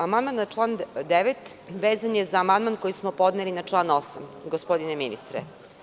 Amandman na član 9. je vezan za amandman koji smo podneli na član 8. gospodine ministre.